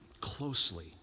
closely